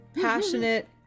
passionate